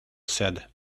said